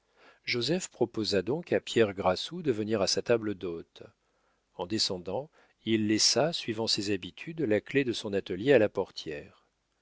joseph proposa donc à pierre grassou de venir à sa table d'hôte en descendant il laissa suivant ses habitudes la clef de son atelier à la portière